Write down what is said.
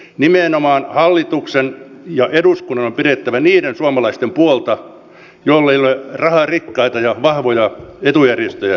nimenomaan hallituksen ja eduskunnan on pidettävä niiden suomalaisten puolta joilla ei ole raharikkaita ja vahvoja etujärjestöjä tukenaan